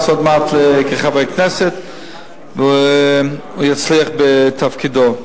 עוד מעט כחבר כנסת ושהוא יצליח בתפקידו.